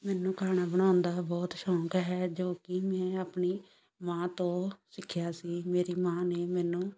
ਮੈਨੂੰ ਖਾਣਾ ਬਣਾਉਣ ਦਾ ਬਹੁਤ ਸ਼ੌਂਕ ਹੈ ਜੋ ਕਿ ਮੈਂ ਆਪਣੀ ਮਾਂ ਤੋਂ ਸਿੱਖਿਆ ਸੀ ਮੇਰੀ ਮਾਂ ਨੇ ਮੈਨੂੰ